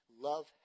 love